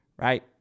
right